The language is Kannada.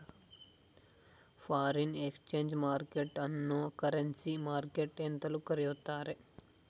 ಫಾರಿನ್ ಎಕ್ಸ್ಚೇಂಜ್ ಮಾರ್ಕೆಟ್ ಅನ್ನೋ ಕರೆನ್ಸಿ ಮಾರ್ಕೆಟ್ ಎಂತಲೂ ಕರಿತ್ತಾರೆ